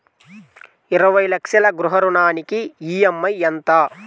ఇరవై లక్షల గృహ రుణానికి ఈ.ఎం.ఐ ఎంత?